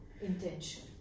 Intention